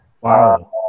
Wow